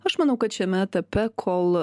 aš manau kad šiame etape kol